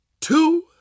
two